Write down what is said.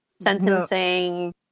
sentencing